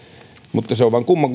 mutta se on vain kumma